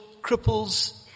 cripples